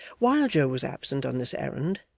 while joe was absent on this errand,